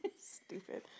stupid